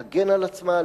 להגן על עצמה,